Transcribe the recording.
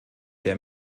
der